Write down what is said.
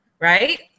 right